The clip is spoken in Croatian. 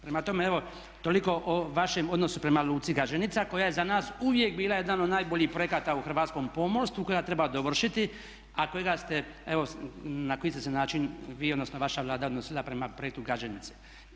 Prema tome evo toliko o vašem odnosu prema luci Gaženica koja je za nas uvijek bila jedan od najboljih projekata u hrvatskom pomorstvu kojega treba dovršiti a kojega ste evo, na koji ste se način vi odnosno vaša Vlada odnosila prema projektu Gaženice.